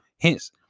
Hence